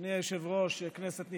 אדוני היושב-ראש, כנסת נכבדה,